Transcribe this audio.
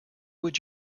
would